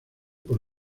por